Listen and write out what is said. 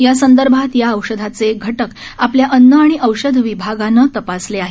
यासंदर्भात या औषधाचे घटक आपल्या अन्न आणि औषध विभागानं तपासले आहेत